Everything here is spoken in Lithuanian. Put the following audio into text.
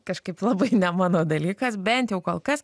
kažkaip labai ne mano dalykas bent jau kol kas